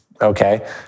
Okay